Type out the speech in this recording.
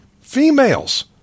females